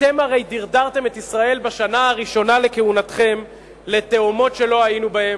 אתם הרי דרדרתם את ישראל בשנה הראשונה לכהונתכם לתהומות שלא היינו בהן,